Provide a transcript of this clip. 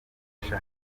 ifasha